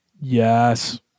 Yes